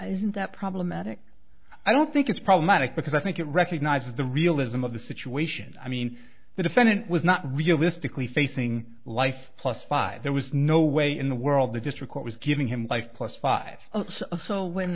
isn't that problematic i don't think it's problematic because i think it recognizes the realism of the situation i mean the defendant was not realistically facing life plus five there was no way in the world the district court was giving him life plus five so when